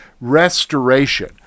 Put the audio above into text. Restoration